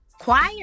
Choir